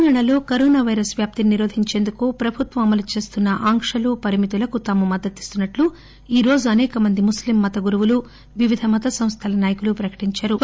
తెలంగాణలో corona virus వ్యాప్తిని నిరోధించేందుకు ప్రభుత్వం అమలు చేస్తున్న ఆంక్షలు పరిమితులకు తాము మద్దతిస్తున్నట్లు ఈ రోజు అసేక మంది ముస్లిం మత గురువులు వివిధ మత సంస్థల నాయకులు ప్రకటించారు